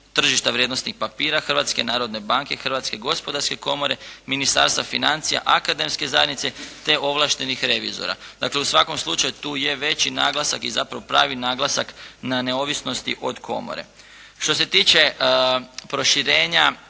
tržišta vrijednosnih papira Hrvatske narodne banke, Hrvatske gospodarske komore, Ministarstva financija, Akademske zajednice te ovlaštenih revizora. Dakle u svakom slučaju tu je veći naglasak i zapravo pravi naglasak na neovisnosti od komore. Što se tiče proširenja